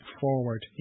forward